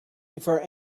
before